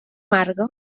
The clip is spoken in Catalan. marga